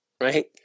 Right